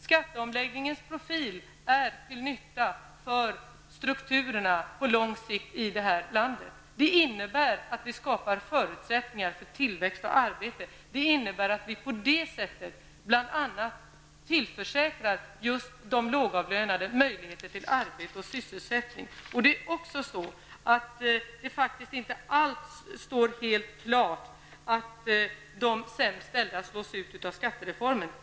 Skattereformens profil är till nytta för strukturerna på lång sikt i detta land. Det innebär att vi skapar förutsättningar för tillväxt och arbete och tillförsäkrar bl.a. på detta sätt just de lågavlönade möjligheter till arbete och sysselsättning. Det står inte alls helt klart att det är de sämst ställda som slås ut av skattereformen.